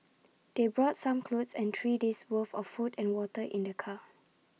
they brought some clothes and three days' worth of food and water in their car